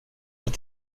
eaux